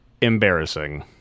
embarrassing